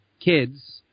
kids